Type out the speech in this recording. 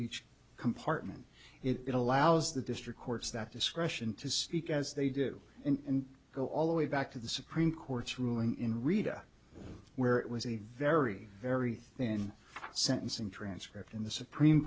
each compartment it allows the district courts that discretion to speak as they do and go all the way back to the supreme court's ruling in rita where it was a very very thin sentencing transcript in the supreme